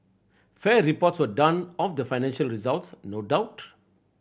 fair reports were done of the financial results no doubt